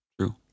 True